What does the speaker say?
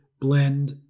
blend